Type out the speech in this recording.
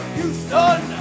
Houston